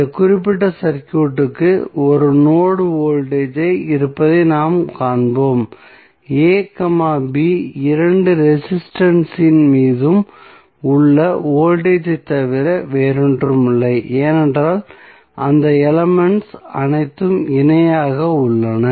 இந்த குறிப்பிட்ட சர்க்யூட்க்கு 1 நோடு வோல்டேஜ் இருப்பதை நாம் காண்போம் a b இரண்டு ரெசிஸ்டன்ஸ் இன் மீதும் உள்ள வோல்டேஜ் ஐ தவிர வேறொன்றுமில்லை ஏனென்றால் அந்த எலமெண்ட்ஸ் அனைத்தும் இணையாக உள்ளன